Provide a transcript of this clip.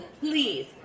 Please